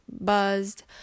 buzzed